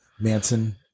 Manson